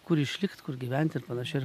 kur išlikt kur gyvent ir panašiai ir